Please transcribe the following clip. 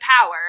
power